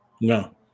no